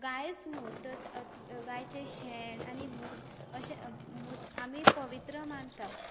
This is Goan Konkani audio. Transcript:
गायच न्हू तर तर गायेचें शेण आनी मूत मूत आमी पवित्र मानता